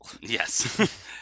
Yes